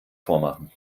vormachen